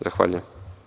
Zahvaljujem.